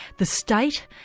the state,